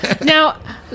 now